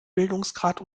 bildungsgrad